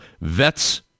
vets